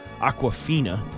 Aquafina